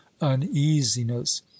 uneasiness